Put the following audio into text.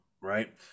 right